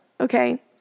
okay